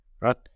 right